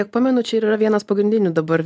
kiek pamenu čia ir yra vienas pagrindinių dabar